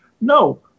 No